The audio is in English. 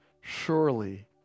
surely